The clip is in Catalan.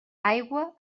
aigua